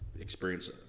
experience